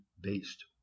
based